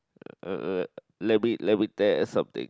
err let me let me tell ya something